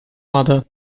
mother